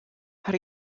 how